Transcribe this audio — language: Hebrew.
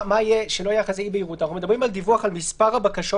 אנחנו מדברים על דיווח על מספר הבקשות